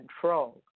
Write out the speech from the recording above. control